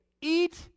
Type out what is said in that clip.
eat